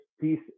piece